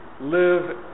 live